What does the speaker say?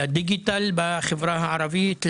לדיגיטל בחברה הערבית,